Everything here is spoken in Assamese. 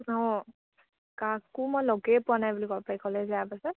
অঁ কাকো মই লগেই পোৱা নাই বুলি ক'ব পাৰি কলেজ এৰাৰ পাছত